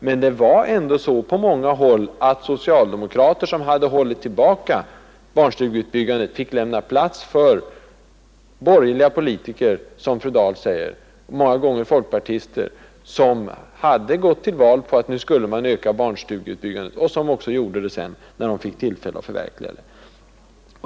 Men det var ändå på många håll så att socialdemokrater, som hade hållit tillbaka barnstugebyggandet, fick lämna plats för borgerliga politiker såsom fru Dahl säger — många gånger folkpartister — som på sitt program inför valet hade tagit upp att barnstugebyggandet nu skulle ökas, och som sedan också genomförde detta när de fick tillfälle.